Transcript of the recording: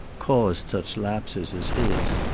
caused such lapses as his.